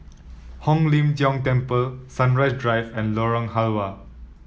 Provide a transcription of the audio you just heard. Hong Lim Jiong Temple Sunrise Drive and Lorong Halwa